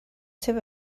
two